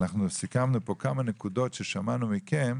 אנחנו סיכמנו כאן כמה נקודות ששמענו מכם,